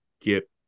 get